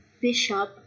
Bishop